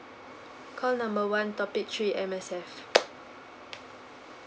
call number one topic three M_S_F